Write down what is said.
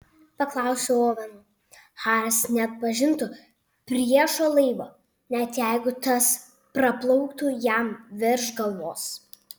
paklausiau oveno haris neatpažintų priešo laivo net jeigu tas praplauktų jam virš galvos